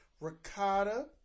ricotta